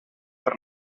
per